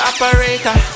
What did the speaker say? operator